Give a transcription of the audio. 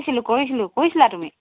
কৰিছিলোঁ কৰিছিলোঁ কৰিছিলা তুমি